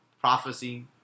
prophecy